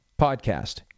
podcast